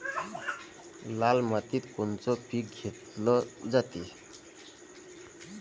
लाल मातीत कोनचं पीक घेतलं जाते?